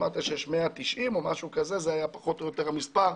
אמרת שיש 190 או משהו כזה זה היה פחות או יותר המספר.